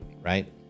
Right